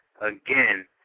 again